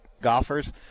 golfers